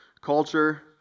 Culture